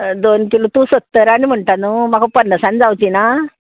दोन किलो तूं सत्तरान म्हणटा न्हू म्हाका पन्नासान जावची ना